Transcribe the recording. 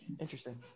Interesting